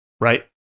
right